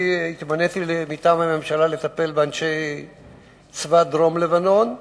התמניתי מטעם הממשלה לטפל באנשי צבא דרום-לבנון,